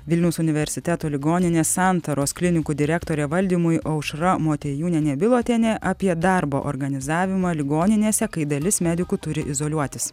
vilniaus universiteto ligoninės santaros klinikų direktorė valdymui aušra motiejūnienė bilotienė apie darbo organizavimą ligoninėse kai dalis medikų turi izoliuotis